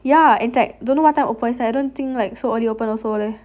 yeah in fact don't know what time open is like I don't think like so early open also leh